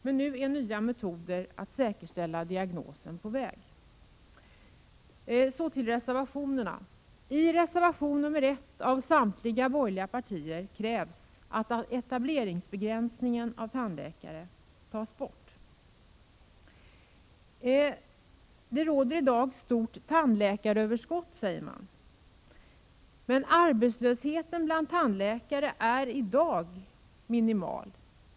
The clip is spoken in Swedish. Men nu är nya metoder för att säkerställa diagnosen på väg. Så till reservationerna. I reservation 1 av samtliga borgerliga partier krävs att etableringsbegränsningen för tandläkare tas bort. Det råder i dag stort tandläkaröverskott, säger man. Men arbetslösheten bland tandläkare är i dag minimal.